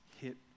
hit